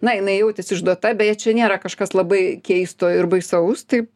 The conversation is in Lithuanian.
na jinai jautės išduota beje čia nėra kažkas labai keisto ir baisaus taip